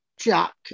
Jack